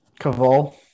Caval